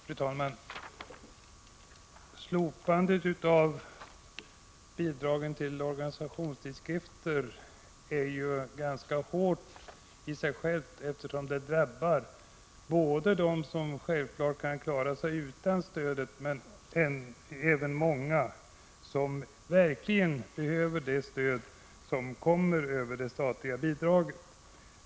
Fru talman! Slopandet av bidragen till organisationstidskrifter slår hårt, eftersom det drabbar både de tidskrifter som kan klara sig utan stöd och många som verkligen behöver stödet genom det statliga bidraget.